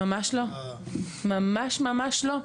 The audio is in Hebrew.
ממש לא, ממש לא.